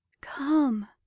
come